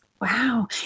Wow